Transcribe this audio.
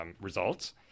results